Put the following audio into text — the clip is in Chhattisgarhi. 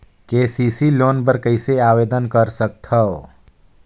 के.सी.सी लोन बर कइसे आवेदन कर सकथव?